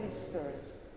Spirit